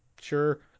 Sure